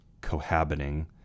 cohabiting